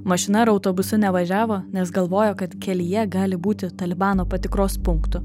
mašina ar autobusu nevažiavo nes galvojo kad kelyje gali būti talibano patikros punktų